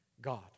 God